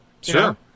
Sure